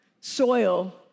soil